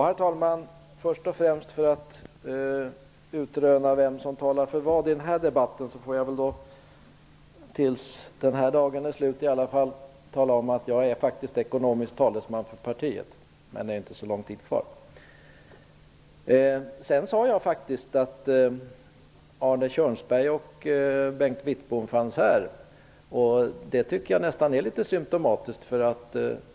Herr talman! För att utröna vem som talar för vad i den här debatten vill jag tala om att jag faktiskt är ekonomisk talesman för partiet tills den här dagen är slut i alla fall, men det är inte så lång tid kvar. Jag sade faktiskt att Arne Kjörnsberg och Bengt Wittbom fanns här. Jag tycker att det är litet symtomatiskt.